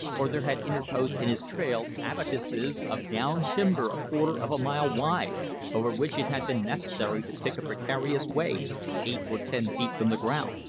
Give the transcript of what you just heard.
or there had interposed in his trail abattises of down timber a quarter of a mile wide over which it had been necessary to pick a precarious way eight or ten feet from the ground.